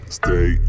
stay